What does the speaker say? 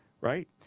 right